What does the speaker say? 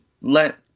let